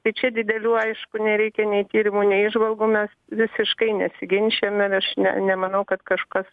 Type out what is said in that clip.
tai čia didelių aišku nereikia nei tyrimų nei įžvalgų mes visiškai nesiginčijam ir aš ne nemanau kad kažkas